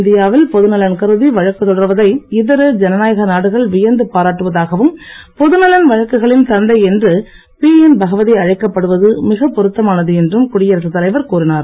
இந்தியாவில் பொதுநலன் கருதி வழக்கு தொடர்வதை இதர ஜனநாயக நாடுகள் வியந்து பாராட்டுவதாகவும் பொதுநலன் வழக்குகளின் தந்தை என்று பிஎன் பகவதி அழைக்கப்படுவது மிகப் பொருத்தமானது என்றும் குடியரசுத் தலைவர் கூறினார்